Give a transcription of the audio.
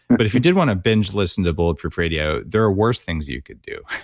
but if you did want to binge listen to bulletproof radio, there are worse things you could do